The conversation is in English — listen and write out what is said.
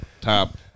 top